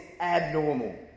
abnormal